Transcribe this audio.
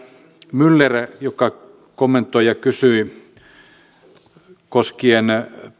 myller joka kommentoi ja kysyi koskien